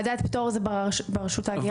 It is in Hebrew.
ועדת פטור זה ברשות ההגירה?